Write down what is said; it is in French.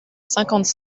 cinquante